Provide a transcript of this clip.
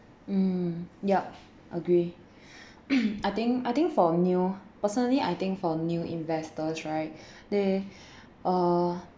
mm yup agree I think I think for new personally I think for new investors right they uh